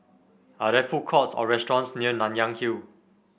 are there food courts or restaurants near Nanyang Hill